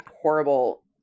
horrible